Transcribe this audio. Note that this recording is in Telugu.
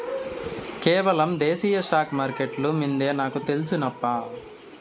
కేవలం దేశీయ స్టాక్స్ మార్కెట్లు మిందే నాకు తెల్సు నప్పా